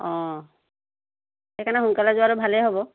অঁ সেইকাৰণে সোনকালে যোৱাটো ভালেই হ'ব